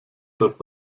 dass